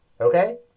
Okay